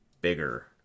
bigger